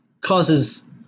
causes